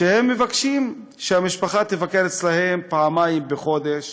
הם מבקשים שהמשפחה תבקר אצלם פעמיים בחודש